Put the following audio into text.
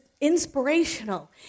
inspirational